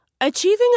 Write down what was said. Achieving